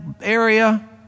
area